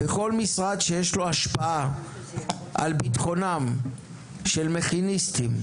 וכל משרד שיש לו השפעה על ביטחונם של מכיניסטים,